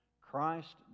Christ